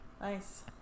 Nice